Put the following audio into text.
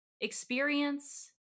experience